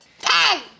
Ten